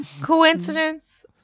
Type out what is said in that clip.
Coincidence